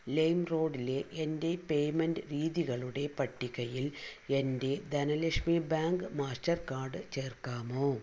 ലൈംറോഡിലെ എൻ്റെ പേയ്മെൻറ് രീതികളുടെ പട്ടികയിൽ എൻ്റെ ധനലക്ഷ്മി ബാങ്ക് മാസ്റ്റർകാർഡ് ചേർക്കാമോ